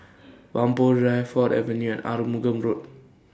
Whampoa Drive Ford Avenue Arumugam Road